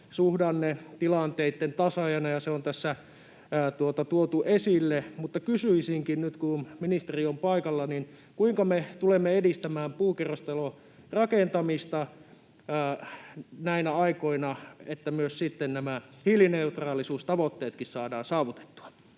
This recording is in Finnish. suhdannetilanteitten tasaajana, ja se on tässä tuotu esille. Kysyisinkin, nyt kun ministeri on paikalla: kuinka me tulemme edistämään puukerrostalorakentamista näinä aikoina, niin että myös sitten hiilineutraalisuustavoitteet saadaan saavutettua?